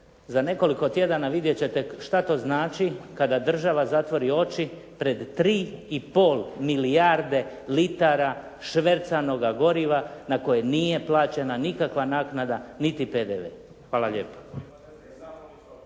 Za nekoliko tjedana vidjet ćete šta to znači kada država zatvori oči pred tri i pol milijarde litara švercanoga goriva na koje nije plaćena nikakva naknada niti PDV. Hvala lijepo.